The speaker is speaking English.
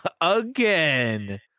again